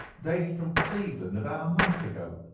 dated from cleveland about a month ago,